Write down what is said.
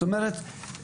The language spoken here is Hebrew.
זאת אומרת,